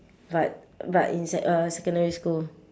but but in sec uh secondary school